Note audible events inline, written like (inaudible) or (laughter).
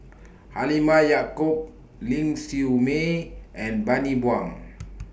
Halimah Yacob Ling Siew May and Bani Buang (noise)